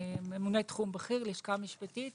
ממונה תחום בכיר לשכה משפטית